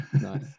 Nice